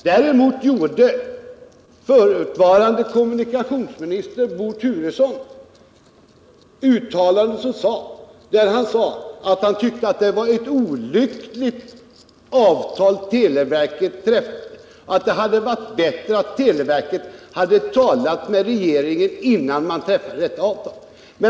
Däremot gjorde förutvarande kommunikationsministern Bo Turesson uttalanden där han sade att han tyckte att det var ett olyckligt avtal televerket träffat, och att det hade varit bättre att televerket hade talat med regeringen innan man träffade detta avtal.